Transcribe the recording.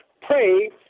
Pray